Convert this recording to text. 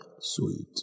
Sweet